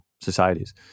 societies